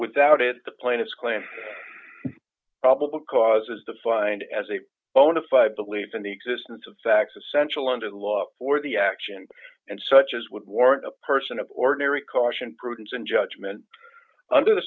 without it the point is clear probable cause is defined as a bona fide belief in the existence of facts essential under the law for the action and such as would warrant a person of ordinary caution prudence and judgment under the